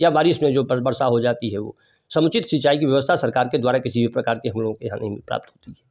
या बारिश में जो वर्षा हो जाती है वह समुचित सिंचाई कि व्यवस्था सरकार के द्वारा किसी भी प्रकार के हम लोगों के यहाँ नहीं मिल प्राप्त होती है